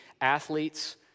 athletes